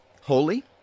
Holy